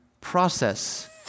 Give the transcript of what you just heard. process